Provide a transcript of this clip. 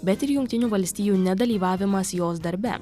bet ir jungtinių valstijų nedalyvavimas jos darbe